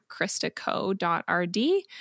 kristaco.rd